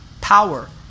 power